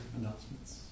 announcements